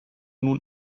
nun